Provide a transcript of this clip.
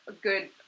good